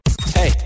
Hey